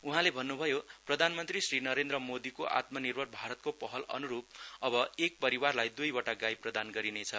उहाँले भन्नुभयोप्रधानमन्त्री श्री नरेन्द्र मोदीको आत्मानिर्भर भारतको पहल अनुरुप अब एक परिवारलाई दुईवटा गाई प्रदान गरिनेछ